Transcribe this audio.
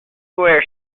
sewer